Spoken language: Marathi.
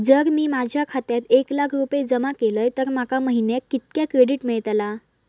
जर मी माझ्या खात्यात एक लाख रुपये जमा केलय तर माका महिन्याक कितक्या क्रेडिट मेलतला?